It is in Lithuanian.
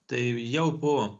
tai jau po